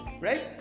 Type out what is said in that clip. Right